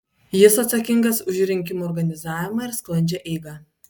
jis atsakingas už rinkimų organizavimą ir sklandžią eigą